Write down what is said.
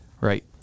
right